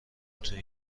توی